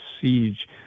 siege